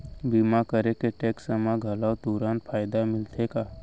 बीमा करे से टेक्स मा घलव तुरंत फायदा मिलथे का?